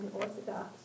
orthodox